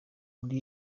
muri